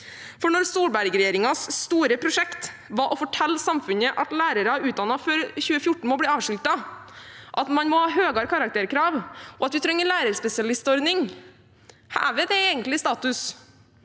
for når Solberg-regjeringens store prosjekt var å fortelle samfunnet at lærere utdannet før 2014 må bli avskiltet, at man må ha høyere karakterkrav, og at vi trenger en lærerspesialistordning, hever det egentlig statusen?